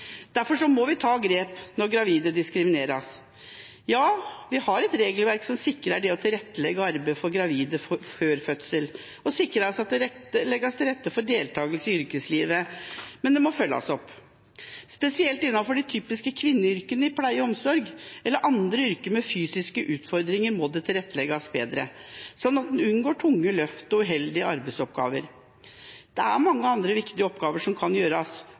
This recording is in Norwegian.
må vi ta grep når gravide diskrimineres. Ja, vi har et regelverk som sikrer det å tilrettelegge arbeid for gravide før fødsel, og at det legges til rette for deltakelse i yrkeslivet. Men det må følges opp. Spesielt innenfor de typiske kvinneyrkene i pleie og omsorg eller andre yrker med fysiske utfordringer må det tilrettelegges bedre, slik at en unngår tunge løft og uheldige arbeidsoppgaver. Det er mange andre viktige oppgaver som kan gjøres,